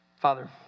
Father